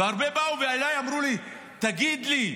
והרבה באו אליי ואמרו לי: תגיד לי,